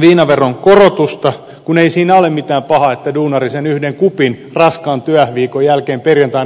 viinaveron korotusta kun ei siinä ole mitään pahaa että duunari ottaa sen yhden kupin raskaan työviikon jälkeen perjantaina